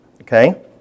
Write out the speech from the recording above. Okay